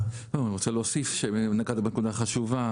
אני רוצה להוסיף שנגעת בנקודה חשובה,